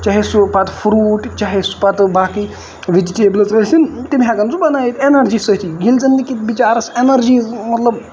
چاہے سُہ پَتہٕ فروٗٹ چاہے سُہ پَتہٕ باقی ویجٹیبٔلٔز ٲسِنۍ تِم ہٮ۪کَن سُہ بَنٲیِتھ اٮ۪نرجی سۭتی ییٚلہِ زَن نہٕ کہِ بِچارَس اینرجی مطلب